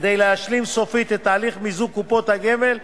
כדי להשלים סופית את תהליך מיזוג קופות הגמל,